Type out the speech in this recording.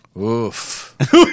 Oof